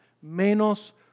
menos